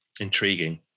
Intriguing